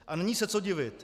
A není se co divit.